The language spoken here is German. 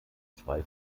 zwei